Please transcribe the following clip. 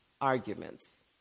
arguments